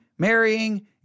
marrying